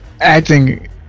acting